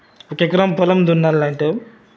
ఒక ఎకరం పొలం దున్నాలంటావు